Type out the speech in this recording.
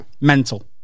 Mental